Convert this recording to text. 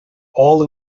all